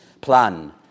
plan